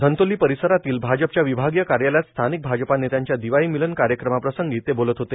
धंतोली परिसरातील भाजपच्या विभागीय कार्यालयात स्थानिक भाजपा नेत्यांच्या दिवाळी मिलन कार्यक्रमा प्रसंगी ते बोलत होते